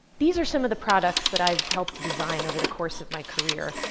these are some of the products that i've helped design over the course of my career,